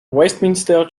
westminster